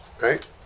right